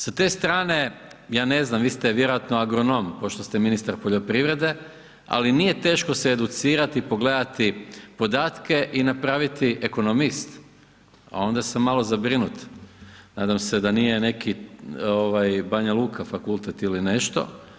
Sa te strane, ja ne znam, vi ste vjerojatno agronom pošto ste ministar poljoprivrede ali nije teško se educirati i pogledati podatke i napraviti, ekonomist a onda sam malo zabrinut, nadam se da nije neki Banjaluka fakultet ili nešto.